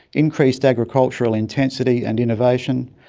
increased agricultural intensity and innovation,